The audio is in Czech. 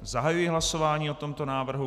Zahajuji hlasování o tomto návrhu.